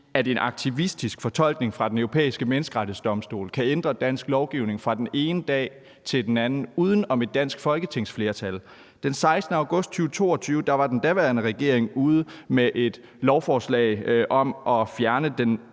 at en aktivistisk fortolkning fra Den Europæiske Menneskerettighedsdomstol kan ændre dansk lovgivning fra den ene dag til den anden uden om et dansk folketingsflertal. Den 16. august 2022 var den daværende regering ude med et lovforslag om at fjerne den